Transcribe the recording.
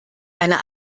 einer